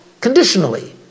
conditionally